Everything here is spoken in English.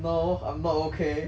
no I'm not okay